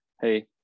hey